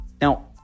Now